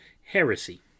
heresy